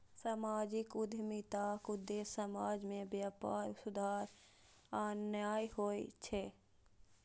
सामाजिक उद्यमिताक उद्देश्य समाज मे व्यापक सुधार आननाय होइ छै